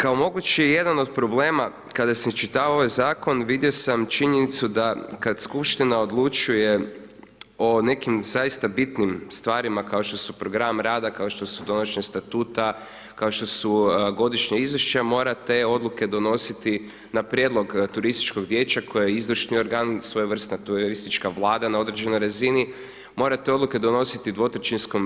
Kao mogući jedan od problema, kada sam iščitavao ovaj Zakon vidio sam činjenicu da kad skupština odlučuje o nekim zaista bitnim stvarima kako što su program rada, kao što su donošenje statuta, kao što su godišnja izvješća, mora te odluka donositi na prijedlog turističkog vijeća koje je izvršni organ, svojevrsna turistička vlada na određenoj razini, mora te odluke donositi 2/